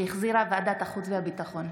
שהחזירה ועדת החוץ והביטחון.